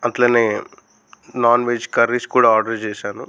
అట్లనే non veg curries కూడా order చేసాను